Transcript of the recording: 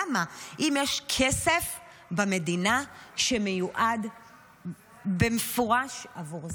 למה, אם יש כסף במדינה שמיועד במפורש עבור זה?